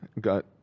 got